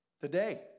Today